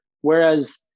whereas